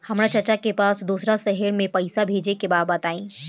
हमरा चाचा के पास दोसरा शहर में पईसा भेजे के बा बताई?